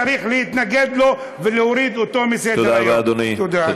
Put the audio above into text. צריך להתנגד לו ולהוריד אותו מסדר-היום.